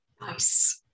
Nice